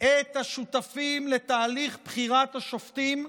את השותפים לתהליך בחירת השופטים,